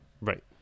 right